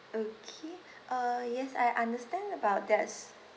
okay uh yes I understand about that